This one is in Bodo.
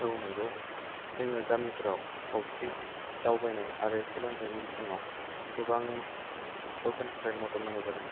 औ नोंगौ जोङो गामिफोराव सावस्रि दावबायनाय आरो सोलोंथाइनि बिथिङाव गोबां सरकारनिफ्राय मदद नांगौ जादों